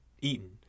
eaten